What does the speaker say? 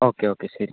okay okay ശരി